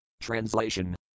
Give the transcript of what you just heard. Translation